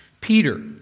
Peter